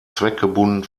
zweckgebunden